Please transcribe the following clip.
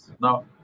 Now